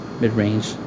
mid-range